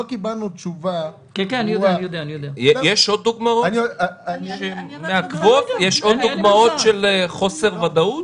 לא קיבלנו תשובה ברורה --- יש עוד דוגמאות של חוסר ודאות?